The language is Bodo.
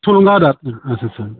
थुलुंगा होदों आच्चा आच्चा